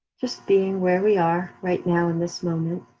just being where we are right now in this moment.